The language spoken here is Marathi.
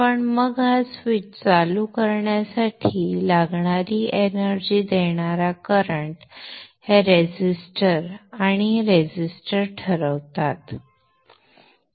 पण मग हा स्वीच चालू करण्यासाठी लागणारा एनर्जी देणारा करंट हे रेझिस्टर आणि हे रेझिस्टर ठरवतात